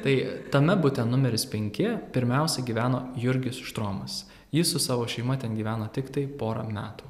tai tame bute numeris penki pirmiausia gyveno jurgis štromas jis su savo šeima ten gyveno tiktai porą metų